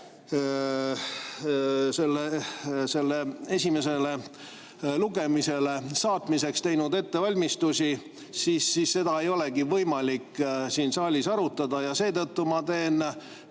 selle esimesele lugemisele saatmiseks ettevalmistusi, siis seda ei olegi võimalik siin saalis arutada. Ja seetõttu ma teen